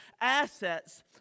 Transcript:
assets